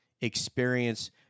experience